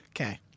Okay